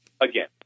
again